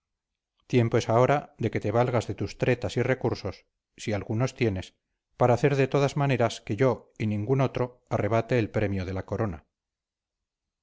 tiempo es ahora de que te valgas de tus tretas y recursos si algunos tienes para hacer de todas maneras que yo y ningún otro arrebate el premio de la corona